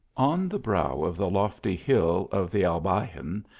on the brow of the lofty hill of the albaycin,